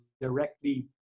directly